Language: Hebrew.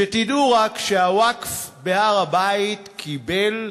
שתדעו רק שהווקף בהר-הבית קיבל,